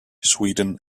sweden